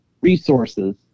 resources